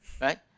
right